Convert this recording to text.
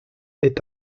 est